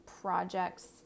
projects